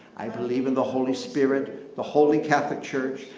i believe in the holy spirit, the holy catholic church,